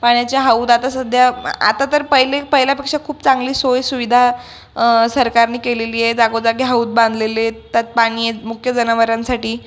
पाण्याचे हौद आता सध्या आता तर पहिले पहिल्यापक्षा खूप चांगली सोयसुविधा सरकारनी केलेली आहे जागोजागी हौद बांधलेले आहेत त्यात पाणी आहे मुख्य जनावरांसाठी